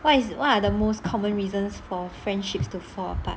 what is what are the most common reasons for friendships to fall apart